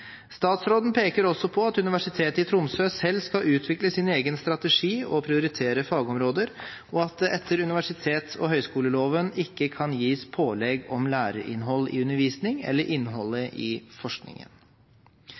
Statsråden peker også på at Universitetet i Tromsø skal utvikle sin egen strategi og prioritere fagområder, og at det etter universitet- og høyskoleloven ikke kan gis pålegg om læreinnhold i undervisning eller innholdet i forskningen.